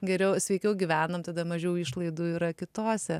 geriau sveikiau gyvenam tada mažiau išlaidų yra kitose